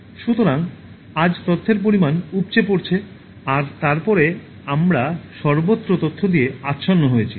সুতরাং আজ তথ্যের পরিমান উপচে পড়ছে এবং তারপরে আমরা সর্বত্র তথ্য দিয়ে আচ্ছন্ন হয়েছি